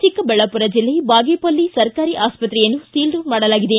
ಚಿಕ್ಕಬಳ್ಳಾಪುರ ಜಿಲ್ಲೆ ಬಾಗೇಪಲ್ಲಿ ಸರ್ಕಾರಿ ಆಸ್ತ್ರೆಯನ್ನು ಸೀಲ್ ಡೌನ್ ಮಾಡಲಾಗಿದೆ